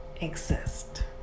exist